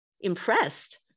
impressed